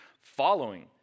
following